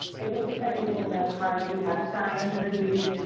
it looks looks like these little note cards. we have signs of abuse,